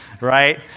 right